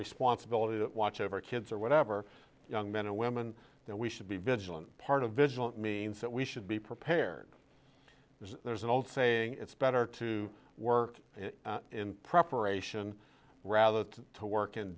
responsibility to watch over kids or whatever young men and women that we should be vigilant part of vigilant means that we should be prepared there's an old saying it's better to work in preparation rather than to work in